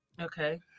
Okay